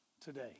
today